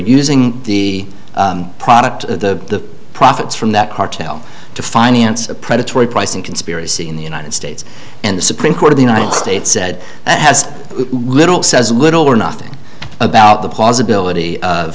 using the product the profits from that cartel to finance a predatory pricing conspiracy in the united states and the supreme court of the united states said has little says little or nothing about the possibility of